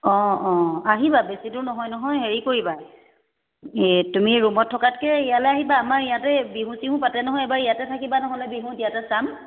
অঁ অঁ আহিবা বেছি দূৰ নহয় নহয় হেৰি কৰিবা এই তুমি ৰুমত থকাতকে ইয়ালে আহিবা আমাৰ ইয়াতে বিহু চিহু পাতে নহয় এবাৰ ইয়াতে থাকিবা নহ'লে বিহুত ইয়াতে চাম